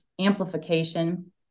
amplification